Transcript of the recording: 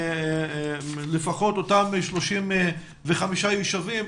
לפחות אותם 35 יישובים.